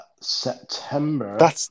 September